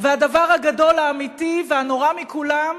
והדבר הגדול, האמיתי והנורא מכולם,